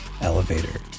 elevator